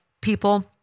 people